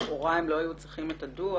שלכאורה הם לא היו צריכים אתך הדוח